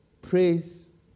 praise